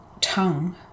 tongue